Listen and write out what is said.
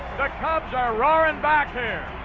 the cubs are roaring back here.